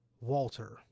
Walter